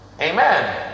Amen